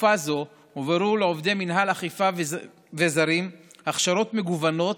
בתקופה זו הועברו לעובדי מינהל אכיפה וזרים הכשרות מגוונות,